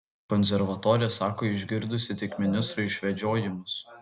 konservatorė sako išgirdusi tik ministro išvedžiojimus